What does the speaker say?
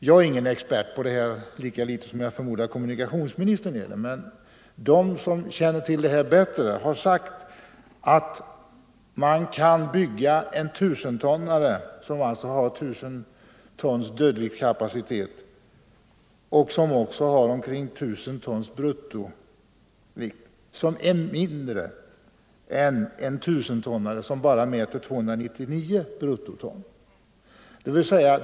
Jag är ingen expert på det här, lika litet som jag förmodar att kommunikationsministern är det. Men de som känner till det här bättre har sagt att man kan bygga ett fartyg som har 1 000 tons dödviktskapacitet och som också har omkring 1000 tons bruttovikt men som är mindre än en tusentonnare som bara mäter 299 bruttoton.